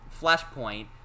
flashpoint